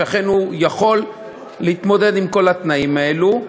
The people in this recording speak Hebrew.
שאכן הוא יכול להתמודד עם כל התנאים האלה,